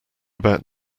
about